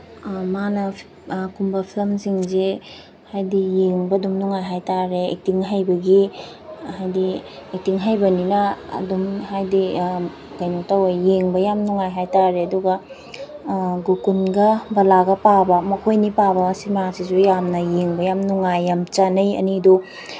ꯃꯥꯅ ꯀꯨꯝꯕ ꯐꯤꯂꯝꯁꯤꯡꯁꯦ ꯍꯥꯏꯗꯤ ꯌꯦꯡꯕ ꯑꯗꯨꯝ ꯅꯨꯡꯉꯥꯏ ꯍꯥꯏ ꯇꯥꯔꯦ ꯑꯦꯛꯇꯤꯡ ꯍꯩꯕꯒꯤ ꯍꯥꯏꯗꯤ ꯑꯦꯛꯇꯤꯡ ꯍꯩꯕꯅꯤꯅ ꯑꯗꯨꯝ ꯍꯥꯏꯗꯤ ꯀꯩꯅꯣ ꯇꯧꯋꯦ ꯌꯦꯡꯕ ꯌꯥꯝ ꯅꯨꯡꯉꯥꯏ ꯍꯥꯏ ꯇꯥꯔꯦ ꯑꯗꯨꯒ ꯒꯣꯀꯨꯟꯒ ꯕꯂꯥꯒ ꯄꯥꯕ ꯃꯈꯣꯏꯅꯤ ꯄꯥꯕ ꯁꯤꯃꯥꯁꯤꯁꯨ ꯌꯥꯝꯅ ꯌꯦꯡꯕ ꯌꯥꯝ ꯅꯨꯡꯉꯥꯏ ꯌꯥꯝ ꯆꯥꯟꯅꯩ ꯑꯅꯤꯗꯨ